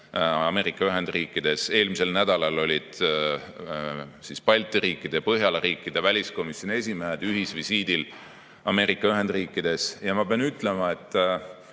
Ameerika Ühendriikides. Eelmisel nädalal olid Balti riikide ja Põhjala riikide väliskomisjoni esimehed ühisvisiidil Ameerika Ühendriikides. Ja ma pean ütlema,